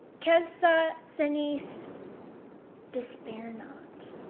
celsa senis despair not.